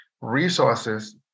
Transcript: resources